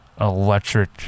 electric